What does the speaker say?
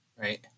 right